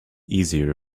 easier